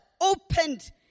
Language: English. opened